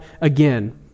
again